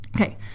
Okay